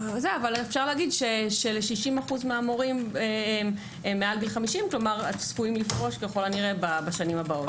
אפשר לומר ש-60% מהמורים מעל גיל 50 כלומר צפויים לפרוש בשנים הבאות.